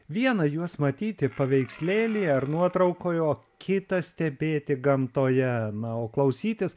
vieną juos matyti paveikslėlyje ar nuotraukoje o kitą stebėti gamtoje na o klausytis